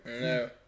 No